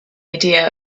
idea